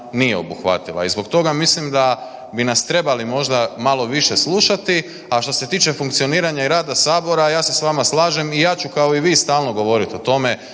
nije obuhvatila. I zbog toga mislim da bi nas trebali možda malo više slušati. A što se tiče funkcioniranja i rada sabora, ja se s vama slažem i ja ću kao i vi stalno govoriti o tome